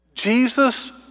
Jesus